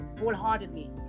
wholeheartedly